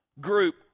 group